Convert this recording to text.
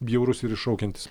bjaurus ir iššaukiantis